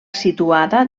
situada